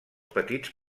petits